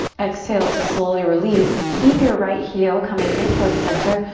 exhale to slowly release. keep your right heel coming in towards center.